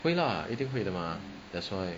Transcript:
会 lah 一定会的吗 that's why